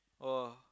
!wah!